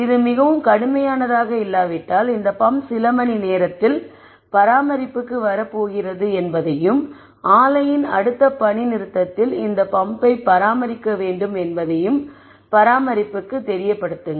இது மிகவும் கடுமையானதாக இல்லாவிட்டால் இந்த பம்ப் சில மணி நேரத்தில் பராமரிப்புக்கு வரப்போகிறது என்பதையும் ஆலையின் அடுத்த பணிநிறுத்தத்தில் இந்த பம்பை பராமரிக்க வேண்டும் என்பதையும் பராமரிப்புக்கு தெரியப்படுத்துங்கள்